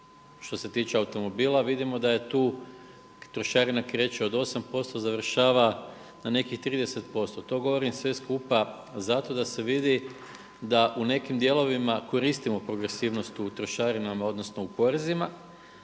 Što se tiče automobila vidimo da je tu, trošarina kreće od 8 posto, završava na nekih 30 posto. To govorim sve skupa zato da se vidi da u nekim dijelovima koristimo progresivnost u trošarinama odnosno u porezima,